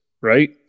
right